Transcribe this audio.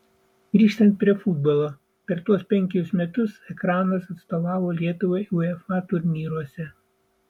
grįžtant prie futbolo per tuos penkerius metus ekranas atstovavo lietuvai uefa turnyruose